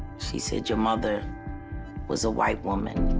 she said, your mother was a white woman,